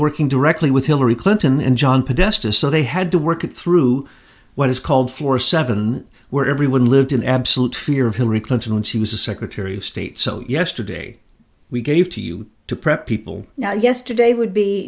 working directly with hillary clinton and john podesta so they had to work through what is called floor seven where everyone lived in absolute fear of hillary clinton when she was secretary of state so yesterday we gave to you to prep people now yesterday would be